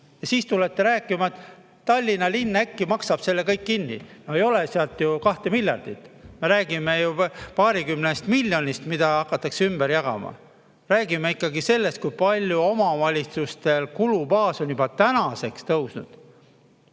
Ja siis tulete rääkima, et Tallinna linn äkki maksab selle kõik kinni. No ei ole seal ju kahte miljardit. Me räägime paarikümnest miljonist, mida hakatakse ümber jagama. Räägime ikkagi sellest, kui palju omavalitsuste kulubaas on juba tänaseks tõusnud